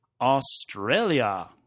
Australia